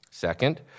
Second